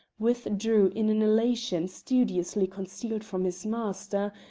withdrew in an elation studiously concealed from his master,